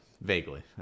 Vaguely